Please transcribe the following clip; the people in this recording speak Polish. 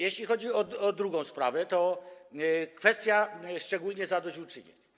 Jeśli chodzi o drugą sprawę, to jest to kwestia szczególnie zadośćuczynień.